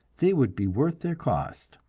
they would be worth their cost.